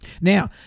Now